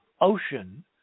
ocean